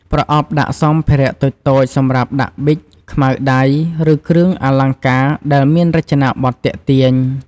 ប្រអប់ដាក់សម្ភារៈតូចៗ សម្រាប់ដាក់ប៊ិច ខ្មៅដៃ ឬគ្រឿងអលង្ការ ដែលមានរចនាបថទាក់ទាញ។